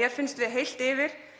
Mér finnst við heilt yfir